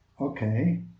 Okay